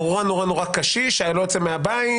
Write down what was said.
אדם קשיש שלא יוצא מהבית